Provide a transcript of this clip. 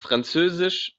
französisch